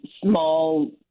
small